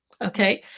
okay